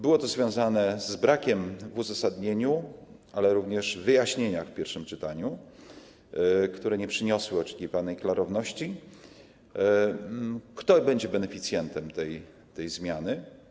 Było to związane z brakiem informacji w uzasadnieniu, ale również w wyjaśnieniach w pierwszym czytaniu, które nie przyniosły oczekiwanej klarowności, kto będzie beneficjentem tej zmiany.